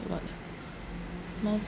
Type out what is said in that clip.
what miles